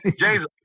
James